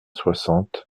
soixante